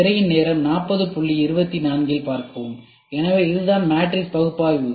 திரையின் நேரம் 4024 இல் பார்க்கவும் எனவே இதுதான் மேட்ரிக்ஸ் பகுப்பாய்வு